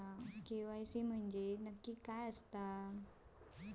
KYC म्हणजे काय आसा?